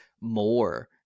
more